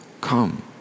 come